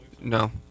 No